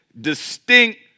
distinct